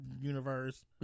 universe